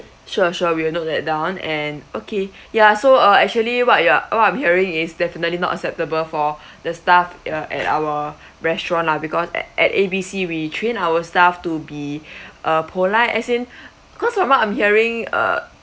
sure sure we will note that down and okay yeah so uh actually what your what I'm hearing is definitely not acceptable for the staff uh at our restaurant lah because at at A B C we train our staff to be uh polite as in cause from what I'm hearing uh